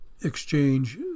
exchange